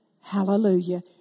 Hallelujah